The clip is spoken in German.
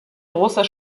großer